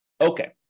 Okay